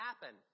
happen